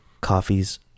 coffee's